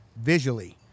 visually